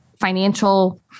financial